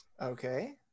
Okay